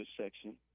section